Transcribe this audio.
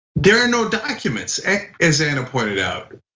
there are no documents as anna pointed out.